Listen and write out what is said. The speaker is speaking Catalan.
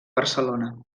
barcelona